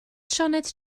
sioned